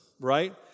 right